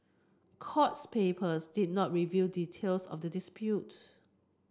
courts papers did not reveal details of the disputes